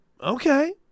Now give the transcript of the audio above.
okay